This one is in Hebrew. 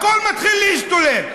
הכול מתחיל להשתולל.